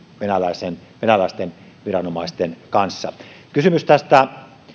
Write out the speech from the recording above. venäläisten venäläisten viranomaisten kanssa kysymys tästä